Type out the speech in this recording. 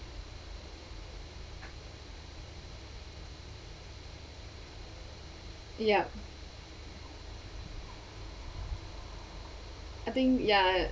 yup I think ya